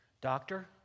Doctor